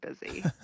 busy